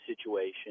situation